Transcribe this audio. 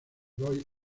roy